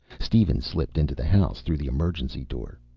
steven slipped into the house through the emergency door.